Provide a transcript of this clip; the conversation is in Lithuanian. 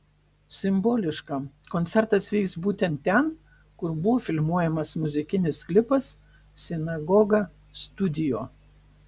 simboliška koncertas vyks būtent ten kur buvo filmuojamas muzikinis klipas sinagoga studio